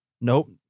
nope